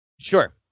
Sure